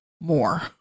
more